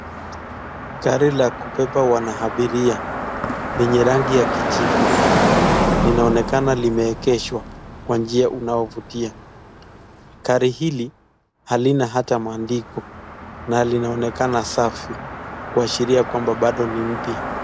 Gari la kumbemba wanahabiria yenye rangi ya kijivu, linaonekana linamegeshwa kwa njia unaovutia. Gari hili halina ata maandiko na linaonekana safi kuashiria kwamba bado ni mpya.